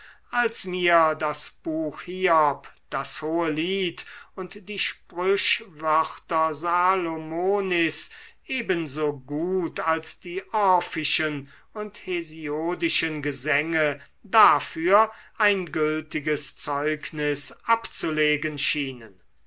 als mir das buch hiob das hohe lied und die sprüchwörter salomonis ebenso gut als die orphischen und hesiodischen gesänge dafür ein gültiges zeugnis abzulegen schienen